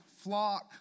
flock